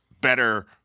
better—